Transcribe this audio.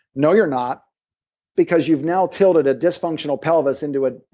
no you're not because you've now tilted a dysfunctional pelvis into a.